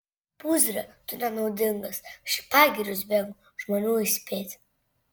pūzre tu nenaudingas aš į pagirius bėgu žmonių įspėti